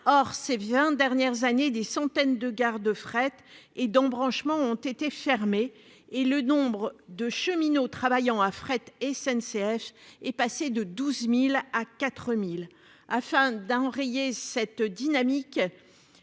Or, ces vingt dernières années, des centaines de gares de fret et d'embranchements ferrés ont été fermés, et le nombre de cheminots travaillant à Fret SNCF est passé de 12 000 à 4 000. Afin d'enrayer cette dynamique